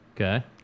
Okay